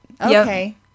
Okay